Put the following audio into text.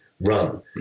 run